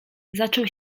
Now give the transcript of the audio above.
zaczął